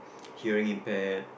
hearing impaired